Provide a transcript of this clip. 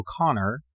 O'Connor